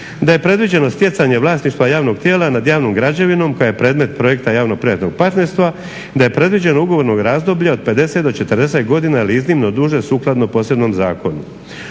da je predviđeno stjecani vlasništva javnog tijela nad javnom građevinom koja je predmet projekta javno-privatnog partnerstva, da je predviđeno ugovorno razdoblje od 50 do 40 godina … /Govornik prebrzo